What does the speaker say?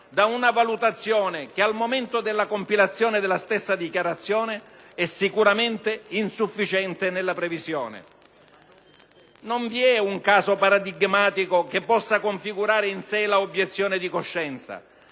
da una valutazione che al momento della compilazione della stessa dichiarazione è sicuramente insufficiente nella previsione. Non vi è un caso paradigmatico che possa configurare in sé la obiezione di coscienza,